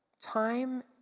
Time